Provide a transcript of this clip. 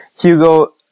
Hugo